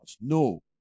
No